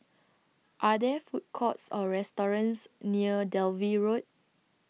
Are There Food Courts Or restaurants near Dalvey Road